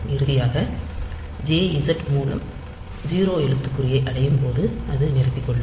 இறுதியாக jz மூலம் 0 எழுத்துக்குறியை அடையும் போது அது நிறுத்திக்கொள்ளும்